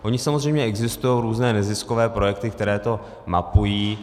Ony samozřejmě existují různé neziskové projekty, které to mapují.